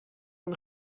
اون